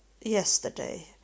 yesterday